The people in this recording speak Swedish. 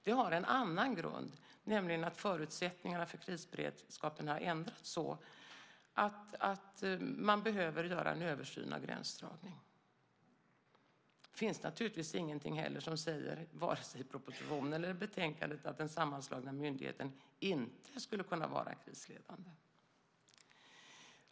Det har en annan grund, nämligen att förutsättningarna för krisberedskapen har ändrats så att man behöver göra en översyn av gränsdragningen. Det finns naturligtvis inte heller någonting i propositionen eller betänkandet som säger att den sammanslagna myndigheten inte skulle kunna vara krisledande.